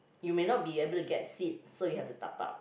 you may not be able to get seat so you have to dabao